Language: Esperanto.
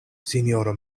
sinjoro